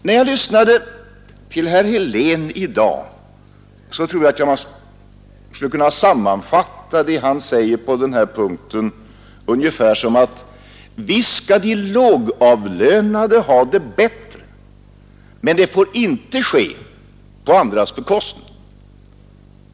När jag lyssnade till herr Helén i dag, fann jag att man nog kan sammanfatta vad han sade på den här punkten ungefär så, att visst skall de lågavlönade ha det bättre, men det får inte ske på andras bekostnad.